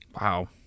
Wow